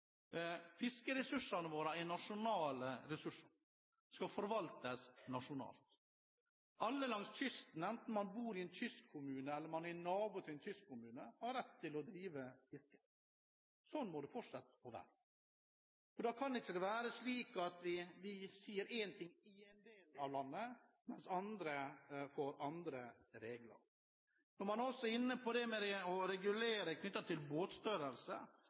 Fiskeressursene våre er nasjonale ressurser som skal forvaltes nasjonalt. Alle langs kysten, enten man bor i en kystkommune, eller man er nabo til en kystkommune, har rett til å drive fiske. Slik må det fortsette å være. Da kan det ikke være slik at vi sier én ting i én del av landet, mens andre får andre regler. Når man også er inne på det med å regulere etter båtstørrelse,